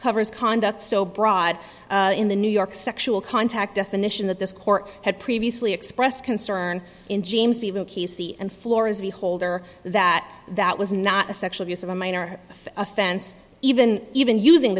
covers conduct so broad in the new york sexual contact definition that this court had previously expressed concern in james even casey and flora's beholder that that was not a sexual use of a minor offense even even using